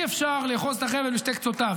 אי-אפשר לאחוז את החבל בשני קצותיו,